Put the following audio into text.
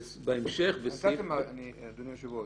אדוני היושב-ראש,